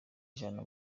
ijana